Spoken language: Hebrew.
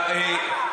אפס.